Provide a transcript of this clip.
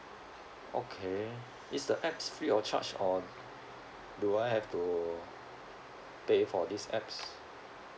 okay is the apps free of charge or do I have to pay for this apps